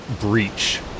breach